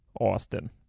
Austin